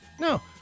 No